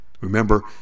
Remember